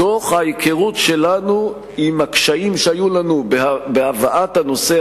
מתוך ההיכרות שלנו עם הקשיים שהיו לנו בהבאת הנושא